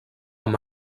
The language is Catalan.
amb